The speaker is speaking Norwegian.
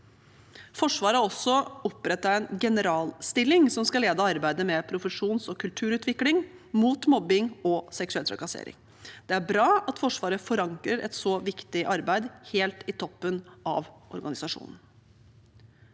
også opprettet en generalstilling som skal lede arbeidet med profesjons- og kulturutvikling og mot mobbing og seksuell trakassering. Det er bra at Forsvaret forankrer et så viktig arbeid helt i toppen av organisasjonen.